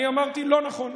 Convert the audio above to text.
אני אמרתי: לא נכון,